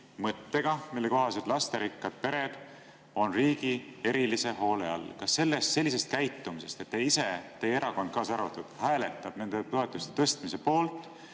mõttega, mille kohaselt lasterikkad pered on riigi erilise hoole all. Selline käitumine, et te ise, teie erakond kaasa arvatud, hääletate nende toetuste tõstmise poolt